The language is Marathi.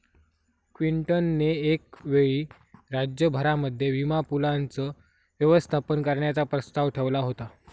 क्लिंटन ने एक वेळी राज्य भरामध्ये विमा पूलाचं व्यवस्थापन करण्याचा प्रस्ताव ठेवला होता